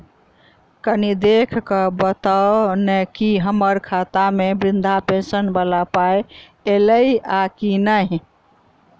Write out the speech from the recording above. कनि देख कऽ बताऊ न की हम्मर खाता मे वृद्धा पेंशन वला पाई ऐलई आ की नहि?